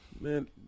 man